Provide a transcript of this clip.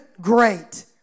great